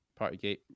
Partygate